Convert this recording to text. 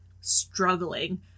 struggling